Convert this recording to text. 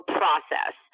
process